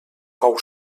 cou